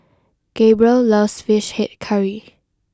Gabrielle loves Fish Head Curry